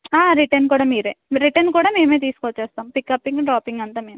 return కూడా మీరే return కూడా మేమే తీసుకొచ్చేస్తాము పికప్ డ్రాపింగ్ అంతా మేమే